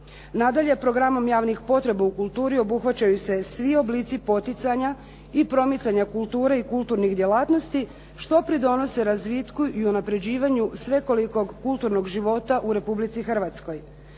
Nadalje, programom javnih potreba u kulturi obuhvaćaju se svi oblici poticanja i promicanja kulture i kulturnih djelatnosti što pridonose razvitku i unapređivanju svekolikog kulturnog života u Republici Hrvatskoj.